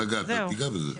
נגעת, תיגע בזה.